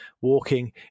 walking